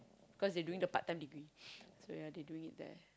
cause they doing the part-time degree so ya they doing the